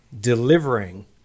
delivering